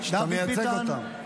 אתה מייצג אותם.